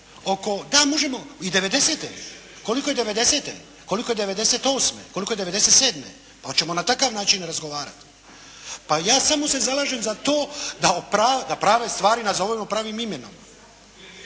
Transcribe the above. Da, možemo i 90-te, koliko je 98, koliko je 97., pa hoćemo li na takav način razgovarati? Pa ja samo se zalažem za to da prave stvari nazovemo pravim imenom.